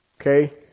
Okay